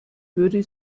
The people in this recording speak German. würde